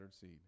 seed